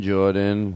Jordan